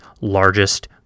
largest